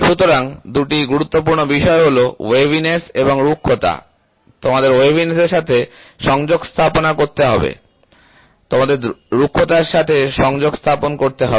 সুতরাং দুটি গুরুত্বপূর্ণ বিষয় হলো ওয়েভিনেস এবং রুক্ষতা তোমাদের ওয়েভিনেস এর সাথে সংযোগস্থাপনা করতে হবে তোমাদের রুক্ষতার সাথে সংযোগস্থাপন করতে হবে